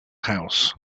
house